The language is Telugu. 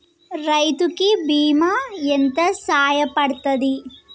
రైతు కి బీమా ఎంత సాయపడ్తది?